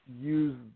use